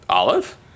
Olive